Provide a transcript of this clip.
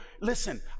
listen